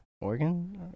Oregon